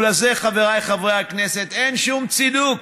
ולזה, חבריי חברי הכנסת, אין שום צידוק.